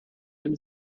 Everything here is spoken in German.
dem